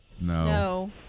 No